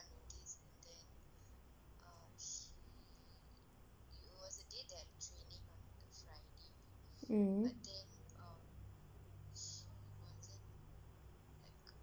mm